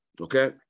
Okay